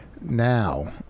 Now